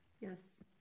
Yes